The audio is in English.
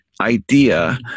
idea